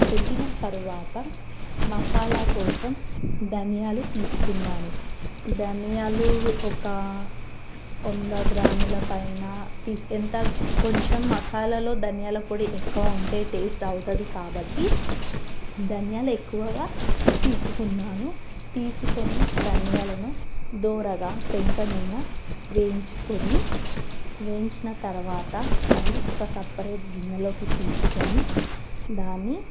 పెట్టిన తరువాత మసాలా కోసం ధనియాలు తీసుకున్నాను ధనియాలు ఒక వంద గ్రాముల పైన తీసి ఎంత కొంచెం మసాలాలో ధనియాల పొడి ఎక్కువ ఉంటే టేస్ట్ అవుతుంది కాబట్టి ధనియాలు ఎక్కువగా తీసుకున్నాను తీసుకొని ధనియాలను దోరగా పెంక మీద వేయించుకొని వేయించిన తరువాత అవి ఒక సపరేట్ గిన్నెలోకి తీసుకొని దానిని